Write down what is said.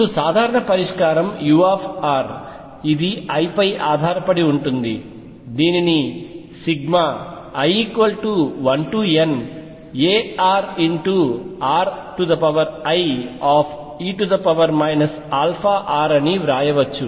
ఇప్పుడు సాధారణ పరిష్కారం u ఇది l పై ఆధారపడి ఉంటుంది దీనిని i1narrie αr అని వ్రాయవచ్చు